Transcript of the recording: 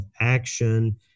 action